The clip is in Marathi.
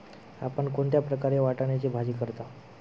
आपण कोणत्या प्रकारे वाटाण्याची भाजी करता?